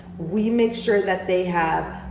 we make sure that they have,